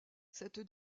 cette